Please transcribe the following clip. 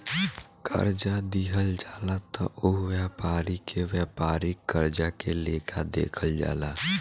कर्जा दिहल जाला त ओह व्यापारी के व्यापारिक कर्जा के लेखा देखल जाला